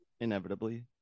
inevitably